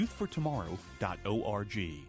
youthfortomorrow.org